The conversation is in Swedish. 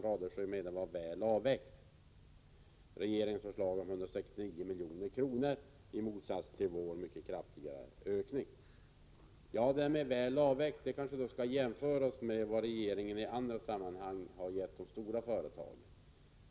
I motsats till vårt förslag om en mycket kraftig ökning föreslår regeringen här ett stöd om 169 milj.kr. För att kunna bedöma huruvida detta förslag är väl avvägt kanske man skall göra en jämförelse med vad regeringen i andra sammanhang har gett de stora företagen.